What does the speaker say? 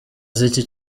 z’iki